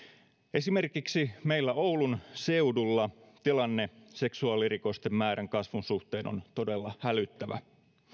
esimerkiksi meillä oulun seudulla tilanne seksuaalirikosten määrän kasvun suhteen on todella hälyttävä